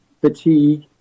fatigue